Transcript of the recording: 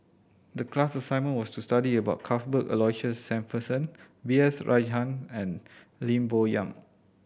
the class assignment was to study about Cuthbert Aloysius Shepherdson B S Rajhans and Lim Bo Yam